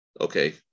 okay